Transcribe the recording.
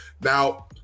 now